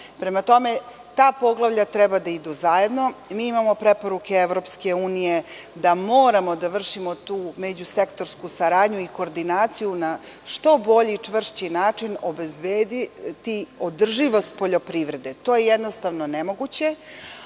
Poglavlja 27. Ta poglavlja treba da idu zajedno. Imamo preporuke EU da moramo da vršimo tu međusektorsku saradnju i koordinaciju na što bolji i čvršći način obezbediti održivost poljoprivrede. To je jednostavno nemoguće. Druga